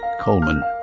Coleman